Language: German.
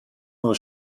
nur